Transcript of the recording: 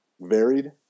varied